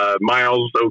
Miles